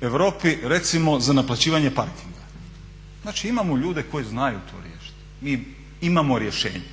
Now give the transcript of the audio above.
Europi recimo za naplaćivanje parkinga. Znači imamo ljude koji znaju to riješiti, mi imamo rješenje,